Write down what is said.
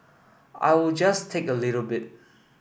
I will just take a little bit